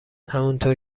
همانطور